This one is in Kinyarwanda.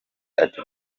ati